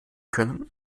können